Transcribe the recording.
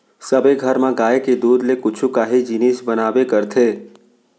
सबे घर म गाय के दूद ले कुछु काही जिनिस बनाबे करथे